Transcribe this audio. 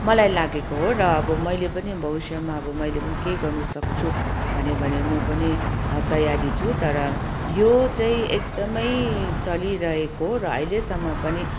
मलाई लागेको हो र अब मैले पनि भविष्यमा अब मैले पनि केही गर्नसक्छु भने पनि म पनि तयारी छु तर यो चाहिँ एकदमै चलिरहेको र अहिलेसम्म पनि